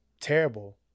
terrible